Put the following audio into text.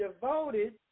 devoted